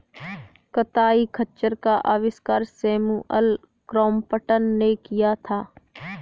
कताई खच्चर का आविष्कार सैमुअल क्रॉम्पटन ने किया था